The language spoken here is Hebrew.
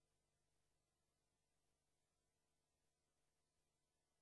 (הישיבה נפסקה בשעה 16:09 ונתחדשה בשעה 17:45.)